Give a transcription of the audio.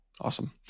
awesome